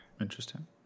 Interesting